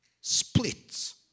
splits